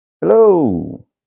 Hello